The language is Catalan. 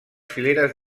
fileres